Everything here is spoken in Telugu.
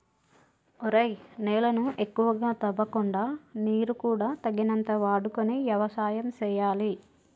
ఒరేయ్ నేలను ఎక్కువగా తవ్వకుండా నీరు కూడా తగినంత వాడుకొని యవసాయం సేయాలి